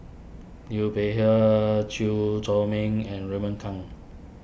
Liu Peihe Chew Chor Meng and Raymond Kang